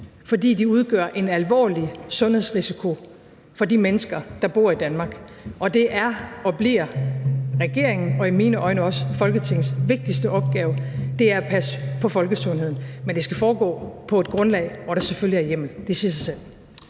fordi de udgør en alvorlig sundhedsrisiko for de mennesker, der bor i Danmark, og det er og bliver regeringens – og i mine øjne også Folketingets – vigtigste opgave at passe på folkesundheden. Men det skal selvfølgelig foregå på et grundlag, hvor der er hjemmel. Det siger sig selv.